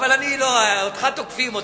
אותך תוקפים,